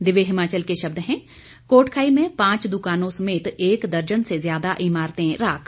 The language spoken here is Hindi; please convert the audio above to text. दिव्य हिमाचल के शब्द हैं कोटखाई में पांच दुकानों समेत एक दर्जन से ज्यादा इमारतें राख